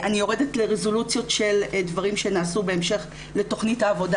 אני יורדת לרזולוציות של דברים שנעשו בהמשך לתכנית העבודה